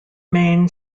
main